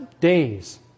days